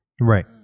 Right